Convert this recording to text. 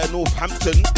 Northampton